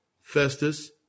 Festus